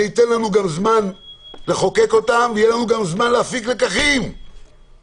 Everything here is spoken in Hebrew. זה ייתן לנו זמן לחוקק אותם ויהיה לנו גם זמן להפיק לקחים ביחד,